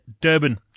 Durban